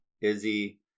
Izzy